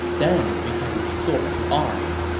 then we can resort to arms.